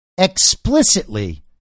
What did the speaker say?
explicitly